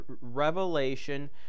revelation